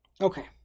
Okay